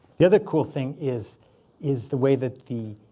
the other cool thing is is the way that the